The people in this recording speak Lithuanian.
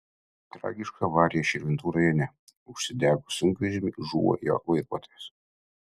tragiška avarija širvintų rajone užsidegus sunkvežimiui žuvo jo vairuotojas